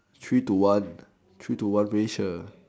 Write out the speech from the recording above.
three to one three to one ratio